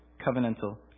covenantal